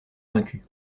vaincus